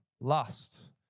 lust